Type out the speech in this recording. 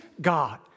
God